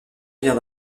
vient